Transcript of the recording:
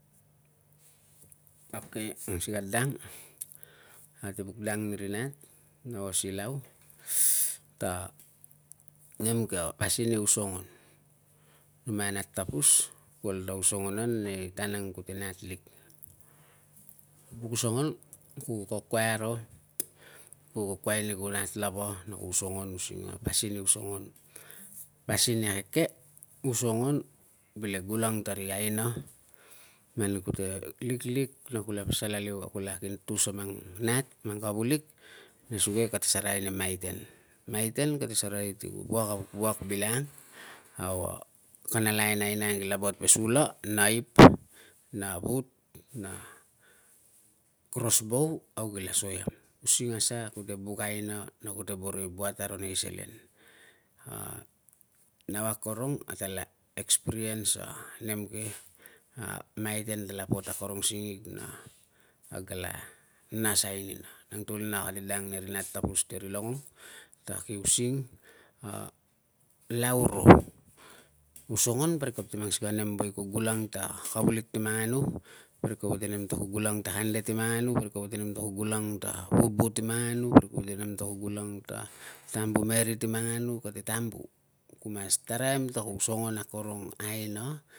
Okay, mang sikei a dang, ate buk dang ni ri nat, nau a silau, ta nem ke, pasin i osongon. Numai a nat tapus, ku ol ta osongon an ti tan ang kute nat lik. Ku osongon, ku kokuai aro, ku kokuai ni ku nat lava na ku osongon using a pasin i osongon, pasin i akeke, ku osongon bile gulang tari aina man kute liklik na kula pasal aliu na kul kin tus na mang nat, mang kavulik, nesuge kate asereai ni maiten. Maiten kate serei ti wak a wak bilangang, au kana lain ke aina ang kila buat ve sula, naip na vut na cross bow au kila so iam using asa, kute buk aina na kute boro i buat aro nei selen. A nau akorong atela experience a nem ke, na maiten katela buat akorong singig na kag la nasai nia na tukulina ate dang niri nat tapus ti ri longong ta ki using a lau ro. Osongon parik kate mang sikei a nem we ku gulang ta kavulik ti manganu, parik kapa ta nem ta ku gulang ta kande ti manganu, parik kapa ta nem ta ku gulang ta vubu ti manganu, parik kapa ta nem ta ku gulang ta tambu meri ti manganu, kate tambu. Ku mas taraim ta ku osongon akorong a aina